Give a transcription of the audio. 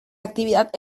actividad